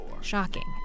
Shocking